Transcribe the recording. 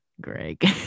greg